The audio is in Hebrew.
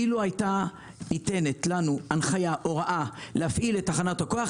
אילו היתה ניתנת לנו הנחיה להפעיל את תחנת הכוח,